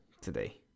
today